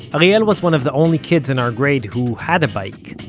but and was one of the only kids in our grade who had a bike,